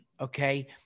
Okay